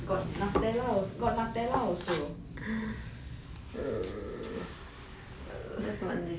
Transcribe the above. ya I saw got Nutella al~ got Nutella also